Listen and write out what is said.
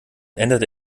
änderte